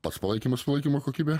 tas palaikymas palaikymo kokybė